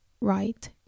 right